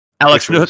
Alex